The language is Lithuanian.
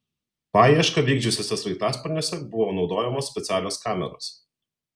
paiešką vykdžiusiuose sraigtasparniuose buvo naudojamos specialios kameros